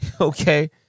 okay